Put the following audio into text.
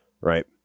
right